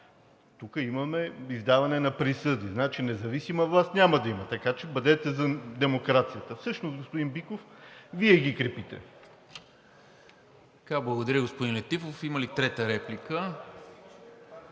Тук имаме издаване на присъди. Значи независима власт няма да има, така че бъдете за демокрацията. Всъщност, господин Биков, Вие ги крепите. ПРЕДСЕДАТЕЛ НИКОЛА МИНЧЕВ: Благодаря, господин Летифов. Има ли трета реплика?